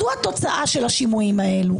זו התוצאה של השימועים הללו.